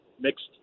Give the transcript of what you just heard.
mixed